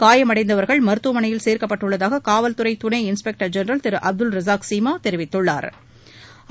காயமடைந்தவர்கள் மருத்துவமனையில் சேர்க்கப்பட்டுள்ளதாக காவல்துறை துணை இன்ஸ்பெக்டர் ஜென்ரல் திரு அப்துல் ரசாக் சீமா தெரிவித்தாா்